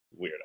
weirdo